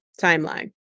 timeline